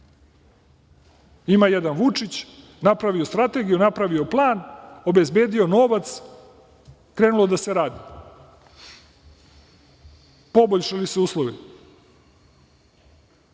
jedan Vučić, napravio strategiju, napravio plan, obezbedio novac, krenulo da se radi, poboljšali se uslovi.